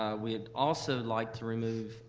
ah we'd also like to remove,